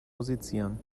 musizieren